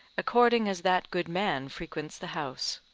according as that good man frequents the house.